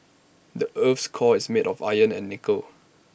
the Earth's core is made of iron and nickel